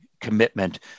commitment